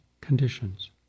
conditions